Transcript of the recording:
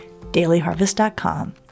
dailyharvest.com